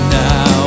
now